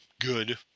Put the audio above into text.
good